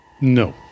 No